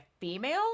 female